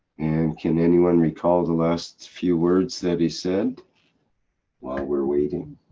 and can anyone recall the last few words that he said while we're waiting?